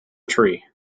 tree